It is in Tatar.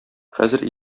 хәзер